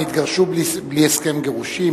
הם התגרשו בלי הסכם גירושין?